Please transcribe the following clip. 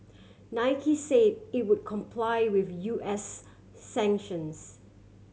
Nike say it would comply with U S sanctions